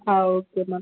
ah okay ma'am